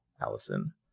Allison